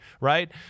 right